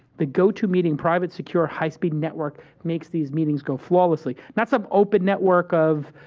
the gotomeeting private secure high-speed network makes these meetings go flawlessly. not some open network of.